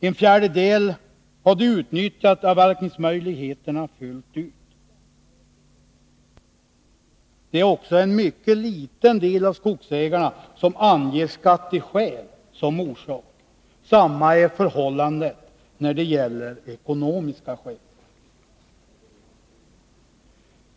En fjärdedel hade utnyttjat avverkningsmöjligheterna fullt ut. En mycket liten del av skogsägarna anger skatteskäl som orsak till låg avverkning. Detsamma är förhållandet när det gäller ekonomiska skäl.